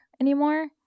anymore